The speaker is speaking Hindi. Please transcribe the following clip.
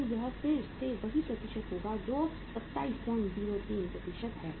तो यह फिर से वही प्रतिशत होगा जो 2703 है